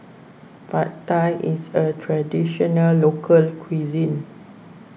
Pad Thai is a Traditional Local Cuisine